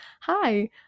hi